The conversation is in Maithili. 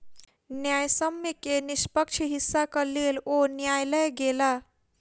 न्यायसम्य के निष्पक्ष हिस्साक लेल ओ न्यायलय गेला